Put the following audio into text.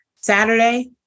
Saturday